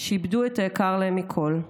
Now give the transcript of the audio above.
שאיבדו את היקרים להם מכול.